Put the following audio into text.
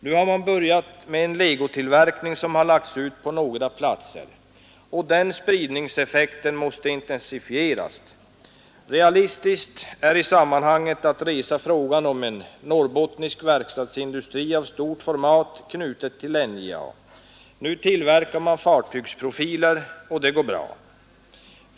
Nu har man börjat en legotillverkning som har lagts ut på några platser. Den spridningseffekten måste intensifieras. Realistiskt är i sammanhanget att resa frågan om en norrbottnisk verkstadsindustri av stort format, knuten till NJA. Nu tillverkar man fartygsprofiler och det går bra.